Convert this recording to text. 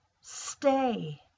stay